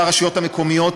לרשויות המקומיות,